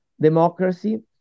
democracy